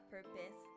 Purpose